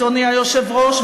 אדוני היושב-ראש,